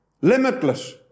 limitless